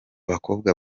bakobwa